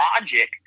logic